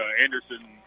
Anderson